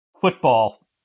Football